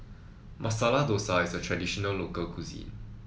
Masala Dosa is a traditional local cuisine